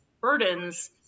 burdens